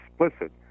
explicit